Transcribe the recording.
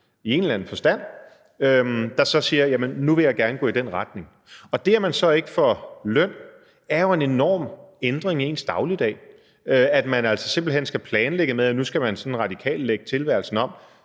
i en eller anden forstand, der så siger: Nu vil jeg gerne gå i den retning. Og det, at man så ikke får løn, er jo en enorm ændring i ens dagligdag, fordi man altså simpelt hen skal planlægge med, at man nu skal lægge tilværelsen